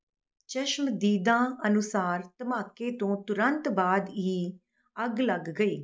ਚਸ਼ਮਦੀਦਾਂ ਅਨੁਸਾਰ ਧਮਾਕੇ ਤੋਂ ਤੁਰੰਤ ਬਾਅਦ ਹੀ ਅੱਗ ਲੱਗ ਗਈ